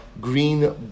green